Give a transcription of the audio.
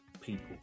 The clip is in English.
people